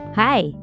Hi